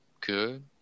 good